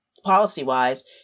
policy-wise